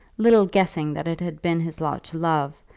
little guessing that it had been his lot to love,